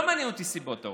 הרי לא מעניינות אותי הסיבות.